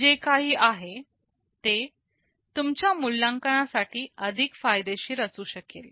हे जे काही आहे ते तुमच्या मूल्यांकनासाठी अधिक फायदेशीर असू शकेल